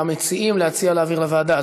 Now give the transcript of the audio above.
למציעים להציע להעביר לוועדה.